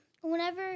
whenever—